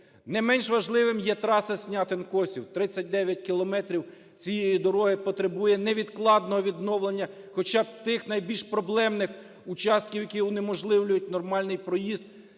Не менш важливою є траса Снятин – Косів: 39 кілометрів цієї дороги потребує невідкладного відновлення хоча б тих найбільш проблемних участків, які унеможливлюють нормальний проїзд